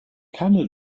camel